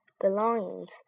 belongings